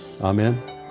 Amen